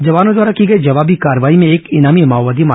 जवानों द्वारा की गई जवाबी कार्रवाई में एक इनामी माओवादी मारा गया